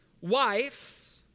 Wives